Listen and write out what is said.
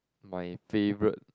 my favourite